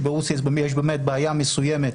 שברוסיה יש באמת בעיה מסוימת